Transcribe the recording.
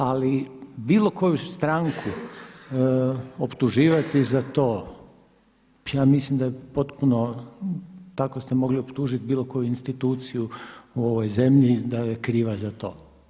Ali bilo koju stranku optuživati za to, ja mislim da je potpuno, tako ste mogli optužiti bilo koju instituciju u ovoj zemlji da je kriva za to.